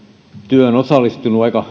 työhön osallistunut aika